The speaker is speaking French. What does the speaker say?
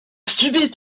subit